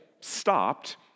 stopped